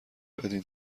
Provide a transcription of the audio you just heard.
بدین